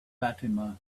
fatima